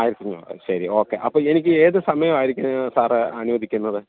ആയിരത്തി അഞ്ഞൂറ് ശരി ഓക്കെ അപ്പോള് എനിക്ക് ഏതു സമയം ആയിരിക്കും സാര് അനുവദിക്കുന്നത്